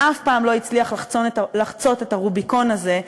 ואף פעם לא הצליח לחצות את הרוביקון הזה,